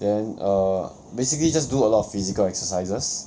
then err basically just do a lot of physical exercises